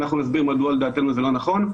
אנחנו נסביר מדוע לדעתנו זה לא נכון.